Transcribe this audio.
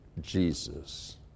Jesus